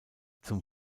zum